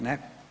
Ne?